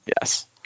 Yes